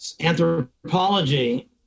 anthropology